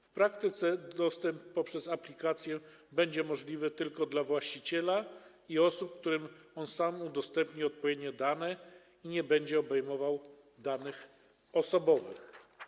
W praktyce dostęp poprzez aplikację będzie możliwy tylko dla właściciela i osób, którym on sam udostępni odpowiednie dane, i nie będzie obejmował danych osobowych.